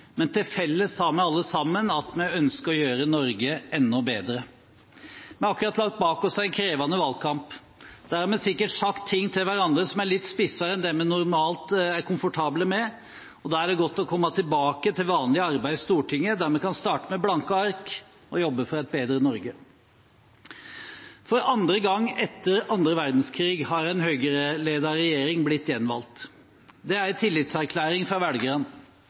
men vi har alle til felles at vi ønsker å gjøre Norge enda bedre. Vi har akkurat lagt bak oss en krevende valgkamp. Der har vi sikkert sagt ting til hverandre som er litt spissere enn det vi normalt er komfortable med. Da er det godt å komme tilbake til vanlig arbeid i Stortinget, der vi kan starte med blanke ark og jobbe for et bedre Norge. For andre gang etter annen verdenskrig har en Høyre-ledet regjering blitt gjenvalgt. Det er en tillitserklæring fra velgerne.